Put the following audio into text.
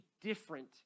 different